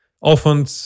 Often